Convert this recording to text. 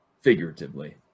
figuratively